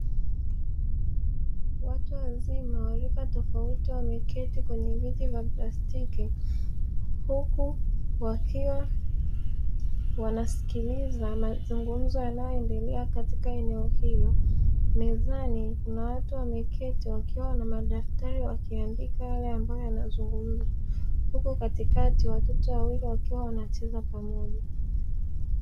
Watu wazima warika tofauti wameketi kwenye viti vya plastiki, huku wakiwa wanasikiliza mazungumzo yanayoendelea katika eneo hilo. Mezani kuna watu wameketi wakiwa na madaftari, wakiandika yale ambayo yanazungumzwa huku katikati watoto wawili wakiwa wanacheza pamoja.